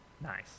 nice